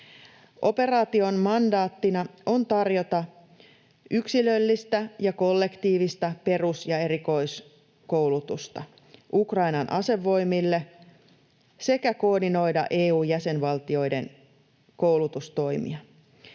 Operaation mandaattina on tarjota yksilöllistä ja kollektiivista perus- ja erikoiskoulutusta Ukrainan asevoimille sekä koordinoida EU-jäsenvaltioiden koulutustoimia.